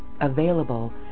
Available